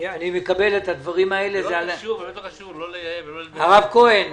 הרב כהן,